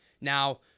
Now